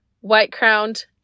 white-crowned